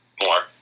more